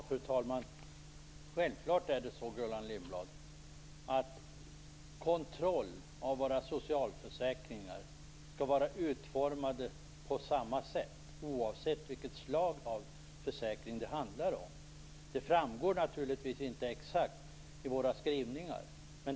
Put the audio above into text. Fru talman! Det är självfallet så, Gullan Lindblad, att kontrollerna av våra socialförsäkringar skall vara utformade på samma sätt oavsett vilket slag av försäkring det handlar om. Det framgår naturligtvis inte exakt i våra skrivningar.